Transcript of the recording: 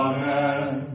Amen